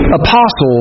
apostles